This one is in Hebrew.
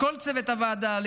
לכל צוות הוועדה,